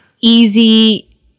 easy